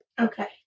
Okay